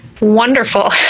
wonderful